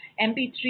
MP3